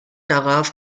darauf